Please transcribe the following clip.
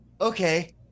okay